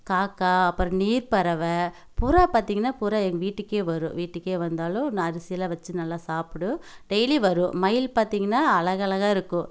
காக்காய் அப்பறம் நீர் பறவை புறா பார்த்தீங்கன்னா புறா எங்கள் வீட்டுக்கே வரும் வீட்டுக்கே வந்தாலும் நான் அரிசி எல்லாம் வச்சி நல்லா சாப்பிடும் டெய்லி வரும் மயில் பார்த்தீங்கன்னா அழகழகாக இருக்கும்